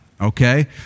okay